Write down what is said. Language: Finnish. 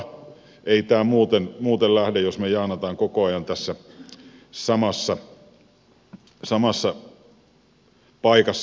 ei tämä muuten lähde jos jahnataan koko ajan tässä samassa paikassa